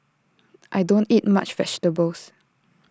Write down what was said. I don't eat much vegetables